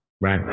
Right